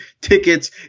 tickets